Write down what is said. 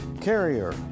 Carrier